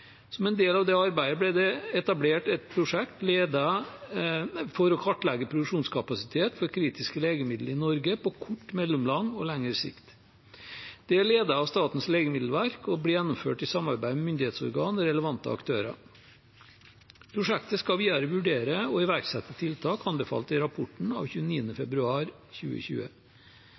Som en del av det arbeidet ble det etablert et prosjekt for å kartlegge produksjonskapasitet for kritiske legemiddel i Norge på kort, mellomlang og lengre sikt. Det er ledet av Statens legemiddelverk og blir gjennomført i samarbeid med myndighetsorgan og relevante aktører. Prosjektet skal videre vurdere å iverksette tiltak anbefalt i rapporten av 29. februar 2020.